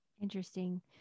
Interesting